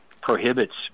prohibits